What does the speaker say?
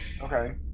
Okay